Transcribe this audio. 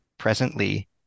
presently